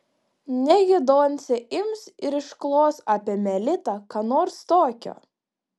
negi doncė ims ir išklos apie melitą ką nors tokio